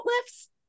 lifts